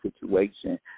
situation